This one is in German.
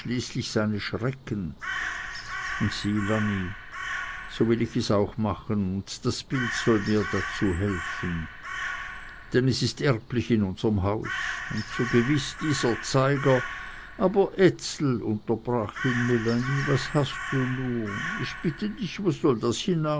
seine schrecken und sieh lanni so will ich es auch machen und das bild soll mir dazu helfen denn es ist erblich in unserm haus und so gewiß dieser zeiger aber ezel unterbrach ihn melanie was hast du nur ich bitte dich wo soll das